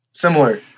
similar